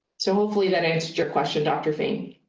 so hopefully that answered your question, dr. fain